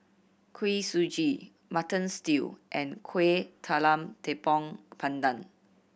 Kuih Suji Mutton Stew and Kueh Talam Tepong Pandan